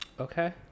okay